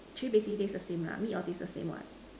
actually basically taste the same lah meat all taste the same what